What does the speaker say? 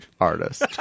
artist